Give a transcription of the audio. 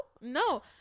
No